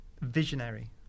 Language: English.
visionary